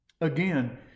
Again